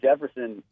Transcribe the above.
Jefferson